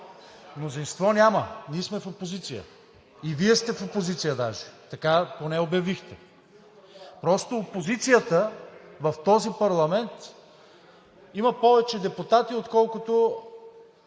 Мнозинство няма, ние сме в опозиция и Вие сте в опозиция даже, така поне обявихте. Просто опозицията в този парламент има повече депутати, отколкото